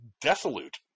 desolate